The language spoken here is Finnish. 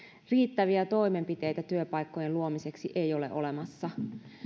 riittäviä toimenpiteitä työpaikkojen luomiseksi ei ole olemassa